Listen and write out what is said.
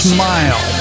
Smile